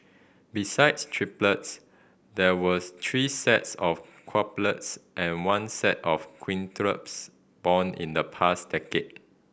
besides triplets there was three sets of and one set of born in the past decade